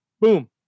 boom